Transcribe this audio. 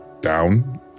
down